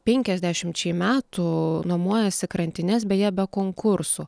penkiasdešimčiai metų nuomojasi krantines beje be konkursų